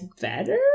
better